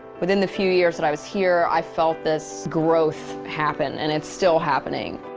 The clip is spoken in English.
within the few years that i was here, i felt this growth happen and it's still happening.